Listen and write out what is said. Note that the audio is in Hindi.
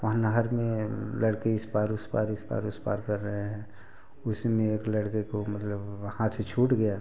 वहाँ नहर में लड़के इस पार उस पार इस पार उस पार कर रहे हैं उसी में एक लड़के को मतलब हाथ से छूट गया